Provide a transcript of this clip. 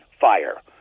fire